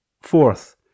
Fourth